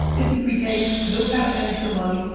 fifty three k, knows how to manage their money,